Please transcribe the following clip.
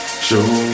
show